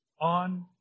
on